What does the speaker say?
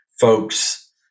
folks